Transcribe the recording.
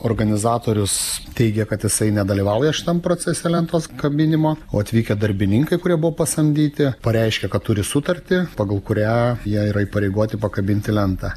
organizatorius teigia kad jisai nedalyvauja šitam procese lentos kabinimo o atvykę darbininkai kurie buvo pasamdyti pareiškia kad turi sutartį pagal kurią jie yra įpareigoti pakabinti lentą